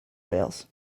wales